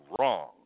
wrong